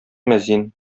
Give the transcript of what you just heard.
мәзин